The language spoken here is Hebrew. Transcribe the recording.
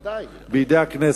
בידי הכנסת.